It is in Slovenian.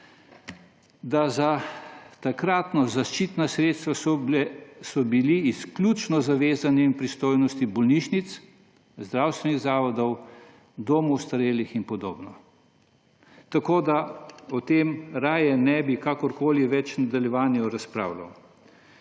za takratna zaščitna sredstva izključno zavezani pristojnostim bolnišnic, zdravstvenih zavodov, domov ostarelih in podobno. O tem raje ne bi kakorkoli več v nadaljevanju razpravljal.